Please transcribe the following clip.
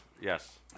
yes